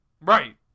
Right